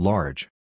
Large